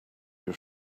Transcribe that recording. your